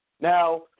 now